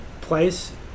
place